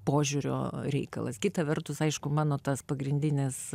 požiūrio reikalas kita vertus aišku mano tas pagrindinis